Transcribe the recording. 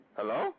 Hello